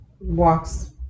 walks